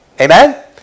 Amen